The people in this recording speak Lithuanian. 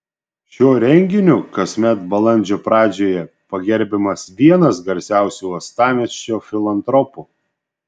šiuo renginiu kasmet balandžio pradžioje pagerbiamas vienas garsiausių uostamiesčio filantropų